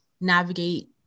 navigate